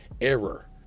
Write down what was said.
error